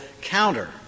counter